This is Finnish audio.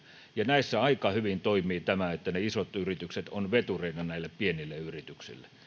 ja näissä aika hyvin toimii tämä että ne isot yritykset ovat vetureina näille pienille yrityksille